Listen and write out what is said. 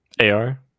AR